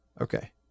Okay